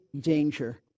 danger